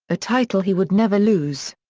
a title he would never lose.